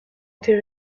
été